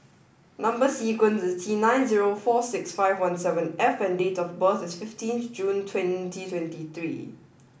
number sequence is T night zero four six five one seven F and date of birth is fifteenth June twenty twenty three